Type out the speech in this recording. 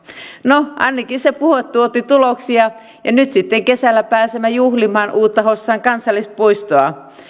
no ainakin se puhe tuotti tuloksia ja nyt sitten kesällä pääsemme juhlimaan uutta hossan kansallispuistoa